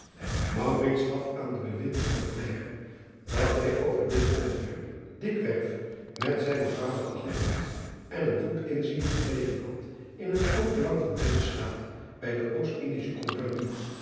gaf aan den ewindhebber blijken dat hij over dit onderwerp dikwers met zijnen vader gehandeld en een goed inzien gekregen had in het groot belang van dezen taat bij de ostindische ompagnie